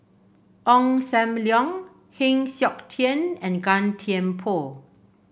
Ong Sam Leong Heng Siok Tian and Gan Thiam Poh